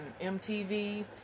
MTV